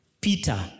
Peter